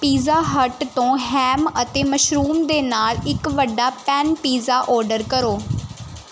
pizza hut ਤੋਂ ham ਅਤੇ mushrooms ਦੇ ਨਾਲ ਇੱਕ ਵੱਡਾ ਪੈਨ ਪੀਜ਼ਾ ਆਰਡਰ ਕਰੋ